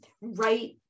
right